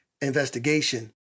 investigation